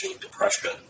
depression